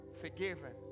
forgiven